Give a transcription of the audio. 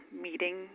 meeting